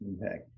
impact